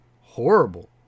Horrible